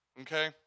Okay